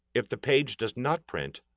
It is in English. if the page does not print,